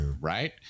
right